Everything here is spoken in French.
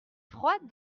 froide